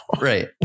Right